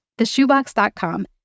theshoebox.com